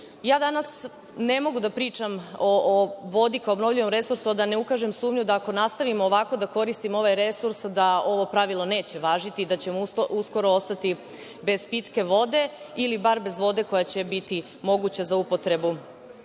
Danas ne mogu da pričam o vodi kao obnovljivom resursu, a da ne ukažem na sumnju da ako nastavimo ovako da koristimo ovaj resurs, da ovo pravilo neće važiti, da ćemo uskoro ostati bez pitke vode ili bar bez vode koja će biti moguća za ljudsku